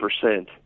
percent